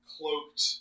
cloaked